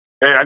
hey